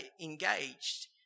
engaged